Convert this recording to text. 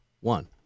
one